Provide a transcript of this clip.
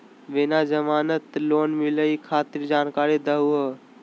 बिना जमानत लोन मिलई खातिर जानकारी दहु हो?